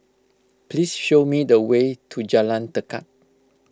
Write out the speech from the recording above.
please show me the way to Jalan Tekad